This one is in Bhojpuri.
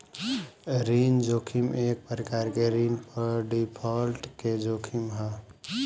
ऋण जोखिम एक प्रकार के ऋण पर डिफॉल्ट के जोखिम ह